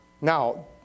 Now